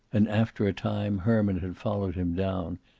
and, after a time, herman had followed him down,